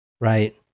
right